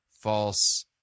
false